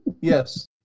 Yes